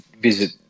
visit